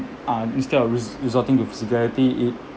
uh instead of res~ resorting to physicality it